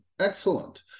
excellent